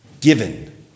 given